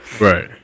Right